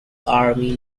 army